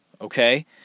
okay